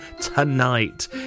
tonight